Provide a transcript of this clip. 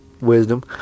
Wisdom